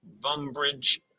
Bumbridge